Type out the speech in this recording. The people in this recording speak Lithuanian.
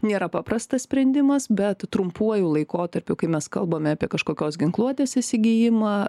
nėra paprastas sprendimas bet trumpuoju laikotarpiu kai mes kalbame apie kažkokios ginkluotės įsigijimą